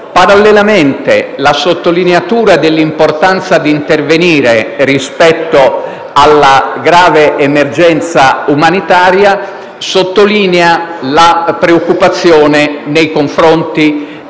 Parallelamente, la sottolineatura dell'importanza di intervenire rispetto alla grave emergenza umanitaria evidenzia la preoccupazione nei confronti